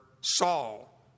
Saul